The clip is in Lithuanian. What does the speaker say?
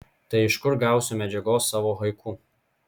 tai iš kur gausiu medžiagos savo haiku